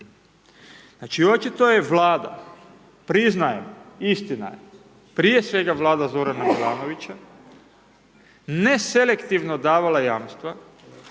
Znači, očito je Vlada priznaje istina je, prije svega vlada Zorana Milanovića neselektivno davala jamstva,